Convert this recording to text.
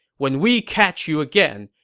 when we catch you again,